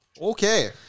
Okay